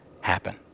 happen